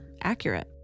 accurate